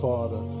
Father